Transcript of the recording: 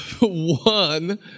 one